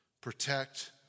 Protect